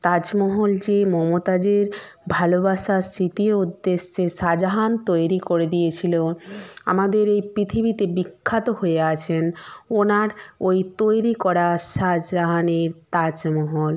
তাজমহল যে মমতাজের ভালোবাসার স্মৃতির উদ্দেশে শাহজাহান তৈরি করে দিয়েছিল আমাদের এই পৃথিবীতে বিখ্যাত হয়ে আছেন ওনার ওই তৈরি করা শাহজাহানের তাজমহল